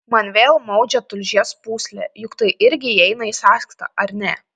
man vėl maudžia tulžies pūslę juk tai irgi įeina į sąskaitą ar ne